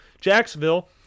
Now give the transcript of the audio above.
Jacksonville